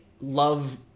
love